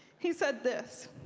he said this.